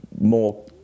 more